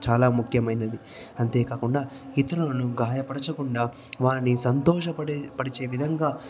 చాలా ముఖ్యమైనది అంతేకాకుండా ఇతరులను గాయ పరచకుండా వారిని సంతోష పడిచే పరిచే విధంగా